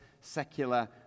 secular